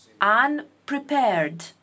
unprepared